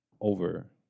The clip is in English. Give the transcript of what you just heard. over